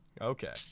Okay